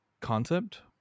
concept